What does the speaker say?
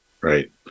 Right